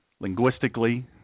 linguistically